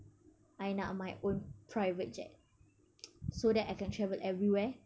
I nak my own private jet so that I can travel everywhere